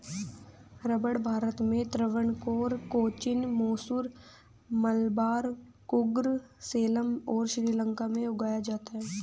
रबड़ भारत के त्रावणकोर, कोचीन, मैसूर, मलाबार, कुर्ग, सलेम और श्रीलंका में उगाया जाता है